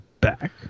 back